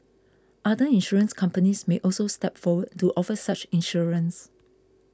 other insurance companies may also step forward to offer such insurance